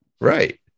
Right